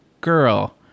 girl